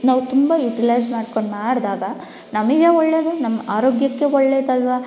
ನಾವು ತುಂಬ ಯುಟಿಲೈಝ್ ಮಾಡ್ಕೊಂಡು ಮಾಡ್ದಾಗ ನಮಗೆ ಒಳ್ಳೇದು ನಮ್ಮ ಆರೋಗ್ಯಕ್ಕೆ ಒಳ್ಳೇದಲ್ವ